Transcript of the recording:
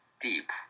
deep